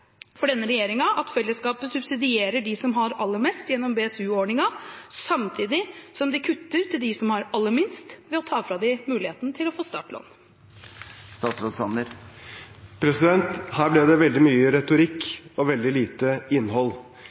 for denne regjeringen at fellesskapet subsidierer dem som har aller mest, gjennom BSU-ordningen, samtidig som de kutter for dem som har aller minst, ved å ta fra dem muligheten til å få startlån. Her ble det veldig mye retorikk og veldig lite innhold.